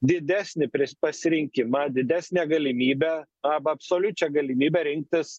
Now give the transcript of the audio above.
didesnį pris pasirinkimą didesnę galimybę arba absoliučią galimybę rinktis